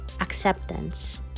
acceptance